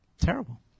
Terrible